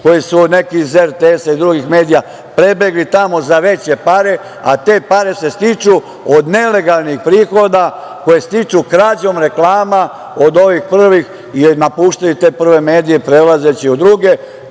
koji su neki iz RTS-a i drugih medija prebegli tamo za veće pare, a te pare se stiču od nelegalnih prihoda koje stiču krađom reklama od ovih prvih, jer napuštaju te prve medije prelazeći u druge.